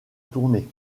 tourner